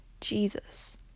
Jesus